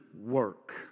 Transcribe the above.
work